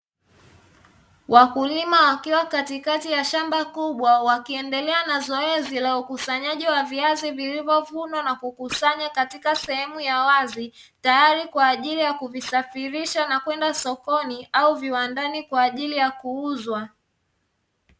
Wakulima wakiwa katikati ya shamba kubwa kaiendelea na zoezi la ukusanyaji wa viazi vilivyo vunwa na kukusanywa katika sehemu ya wazi, tayari kwaajili ya kuvisafisha na kwenda sokoni au viwandani kwaajili ya kuuzwa